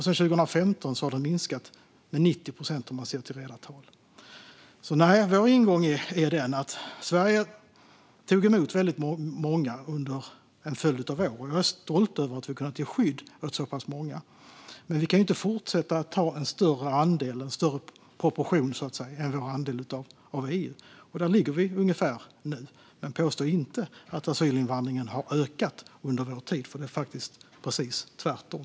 Sedan 2015 har det minskat med 90 procent i reella tal. Nej, vår ingång är att Sverige tog emot väldigt många under en följd av år. Jag är stolt över att vi har kunnat ge skydd åt så pass många. Men vi kan inte fortsätta ta emot fler än vår andel av dem som kommer till EU. Vi ligger ungefär där nu. Men påstå inte att asylinvandringen har ökat under vår tid. Det är faktiskt precis tvärtom.